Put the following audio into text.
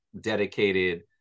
dedicated